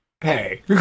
Hey